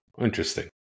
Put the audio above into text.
interesting